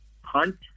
Hunt